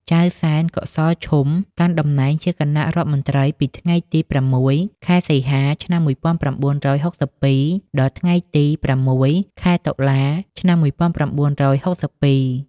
ចៅសែន កុសលឈុំ កាន់តំណែងជាគណៈរដ្ឋមន្ត្រីពីថ្ងៃទី៦ ខែសីហា ឆ្នាំ១៩៦២ ដល់ថ្ងៃទី ៦ ខែតុលា ឆ្នាំ១៩៦២។